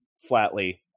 flatly